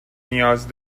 نیاز